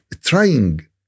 trying